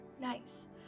nice